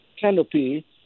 canopy